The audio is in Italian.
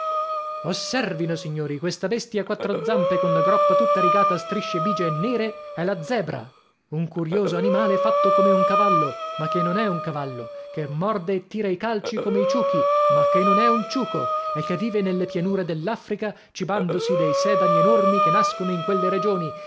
osservino signori questa bestia a quattro zampe con la groppa tutta rigata a strisce bige e nere è la zebra un curioso animale fatto come un cavallo ma che non è un cavallo che morde e tira i calci come i ciuchi ma che non è un ciuco e che vive nelle pianure dell'affrica cibandosi dei sedani enormi che nascono in quelle regioni